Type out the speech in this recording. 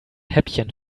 häppchen